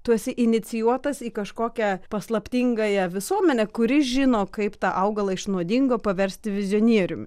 tu esi inicijuotas į kažkokią paslaptingąją visuomenę kuri žino kaip tą augalą iš nuodingo paversti į vizionierium